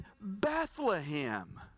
Bethlehem